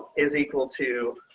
is equal to